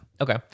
Okay